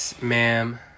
ma'am